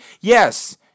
Yes